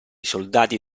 soldati